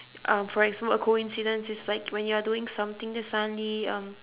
um for example a coincidence is like when you're doing something then suddenly um